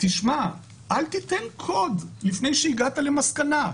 אל תיתן קוד לפני שהגעת למסקנה.